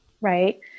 right